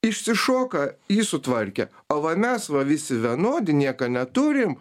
išsišoka jį sutvarkė o va mes va visi vienodi nieka neturim